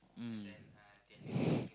mm